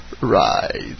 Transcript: Rise